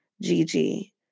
Gigi